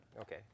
okay